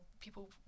people